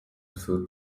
food